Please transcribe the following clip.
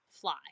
fly